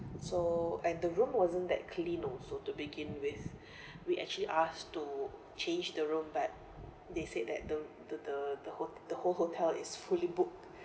so and the room wasn't that clean also to begin with we actually asked to change the room but they said that the the the the whole the whole hotel is fully booked